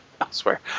elsewhere